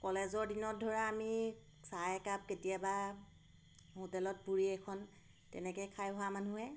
কলেজৰ দিনত ধৰা আমি চাহ একাপ কেতিয়াবা হোটেলত পুৰি এখন তেনেকৈয়ে খাই হোৱা মানুহে